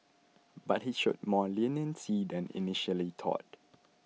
but he showed more leniency than initially thought